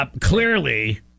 clearly